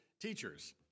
teachers